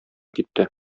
китте